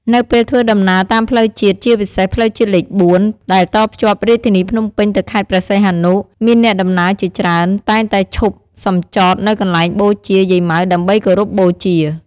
នៅពេលធ្វើដំណើរតាមផ្លូវជាតិជាពិសេស ផ្លូវជាតិលេខ ៤ ដែលតភ្ជាប់រាជធានីភ្នំពេញទៅខេត្តព្រះសីហនុ មានអ្នកដំណើរជាច្រើនតែងតែឈប់សំចតនៅកន្លែងបូជា យាយម៉ៅ ដើម្បីគោរពបូជា។